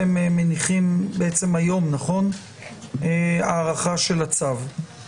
אתם מניחים היום הארכה של הצו.